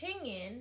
opinion